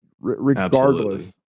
regardless